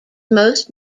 most